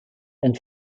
and